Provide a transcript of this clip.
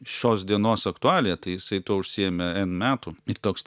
šios dienos aktualija tai jisai tuo užsiėmė en metų ir toks